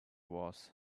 was